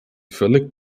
völlig